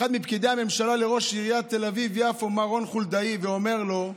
מפקידי הממשלה לראש עיריית תל אביב-יפו מר רון חולדאי ואומר לו: